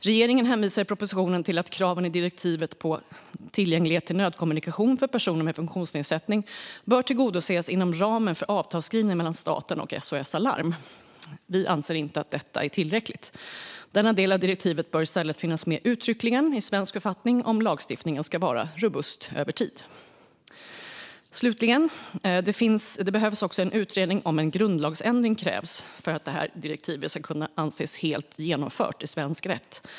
Regeringen hänvisar i propositionen till att kraven i direktivet på tillgänglighet till nödkommunikation för personer med funktionsnedsättning bör tillgodoses inom ramen för avtalsskrivning mellan staten och SOS Alarm. Vi anser inte att detta är tillräckligt. Denna del av direktivet bör i stället finnas med uttryckligen i svensk författning om lagstiftningen ska vara robust över tid. Det behövs också en utredning om huruvida en grundlagsändring krävs för att direktivet ska kunna anses helt genomfört i svensk rätt.